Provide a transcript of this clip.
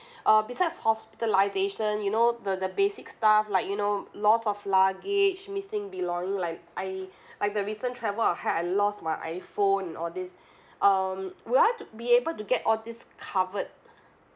uh besides hospitalization you know the the basic stuff like you know lost of luggage missing belonging like I like the recent travel I had I lost my iPhone and all these um would I be able to get all these covered